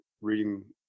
reading